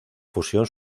fusión